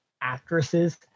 actresses